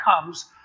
comes